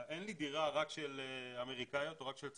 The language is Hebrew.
אין לי דירה רק של אמריקאיות או רק של צרפתיות,